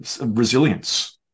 resilience